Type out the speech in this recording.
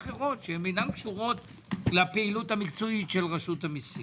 מסיבות אחרות שאינן קשורות לפעילות המקצועית של רשות המיסים.